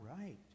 right